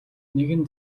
нэгэн